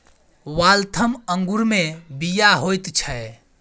Waltham अंगूरमे बीया होइत छै